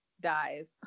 dies